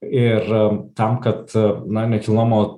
ir tam kad na nekilnojamo